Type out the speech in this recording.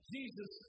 Jesus